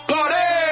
Party